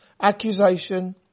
accusation